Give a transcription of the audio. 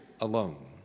alone